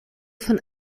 von